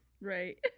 right